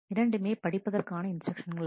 இரண்டுமே படிப்பதற்கான இன்ஸ்டிரக்ஷன்ஸ் ஆகும்